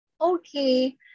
okay